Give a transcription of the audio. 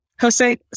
Jose